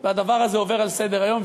והדבר הזה עובר לסדר-היום,